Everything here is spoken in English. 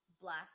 black